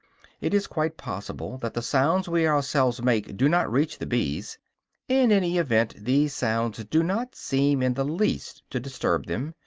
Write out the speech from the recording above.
it is quite possible that the sounds we ourselves make do not reach the bees in any event these sounds do not seem in the least to disturb them,